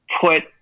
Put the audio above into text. put